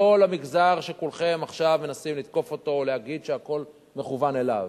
לא למגזר שכולכם עכשיו מנסים לתקוף אותו ולהגיד שהכול מכוון אליו.